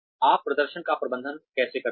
आप प्रदर्शन का प्रबंधन कैसे करते हैं